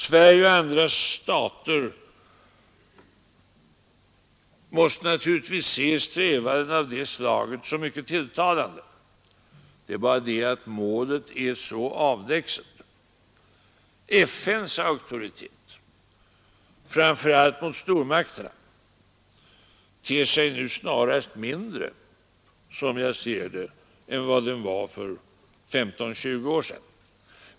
Sverige och andra stater måste naturligtvis se strävanden av detta slag som mycket tilltalande. Det är bara det att målet är så avlägset. FN:s auktoritet framför allt mot stormakterna ter sig nu snarast mindre, som jag ser det, än den var för 15, 20 år sedan.